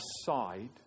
aside